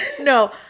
No